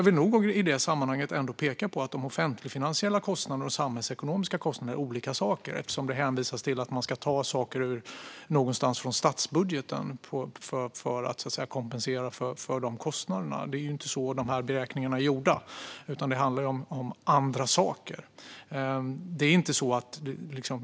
Eftersom det hänvisas till att man ska ta från statsbudgeten för att kompensera för kostnaderna vill jag nog i det sammanhanget ändå peka på att offentligfinansiella kostnader och samhällsekonomiska kostnader är olika saker. Det är ju inte så de här beräkningarna är gjorda, utan det handlar om andra saker.